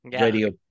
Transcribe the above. radio